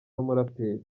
n’umuraperi